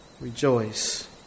rejoice